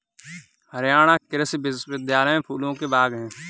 हरियाणा कृषि विश्वविद्यालय में फूलों के बाग हैं